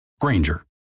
Granger